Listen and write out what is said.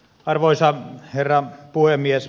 arvoisa herra puhemies